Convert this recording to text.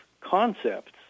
concepts